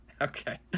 Okay